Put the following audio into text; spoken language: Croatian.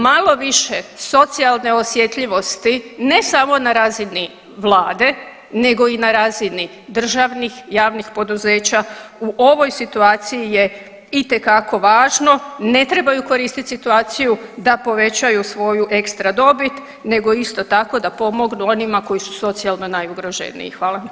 Malo više socijalne osjetljivosti ne samo na razini vlade nego i na razini državnih i javnih poduzeća u ovoj situaciji je itekako važno, ne trebaju koristit situaciju da povećaju svoju ekstra dobit nego isto tako da pomognu onima koji su socijalno najugroženiji.